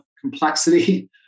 complexity